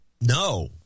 No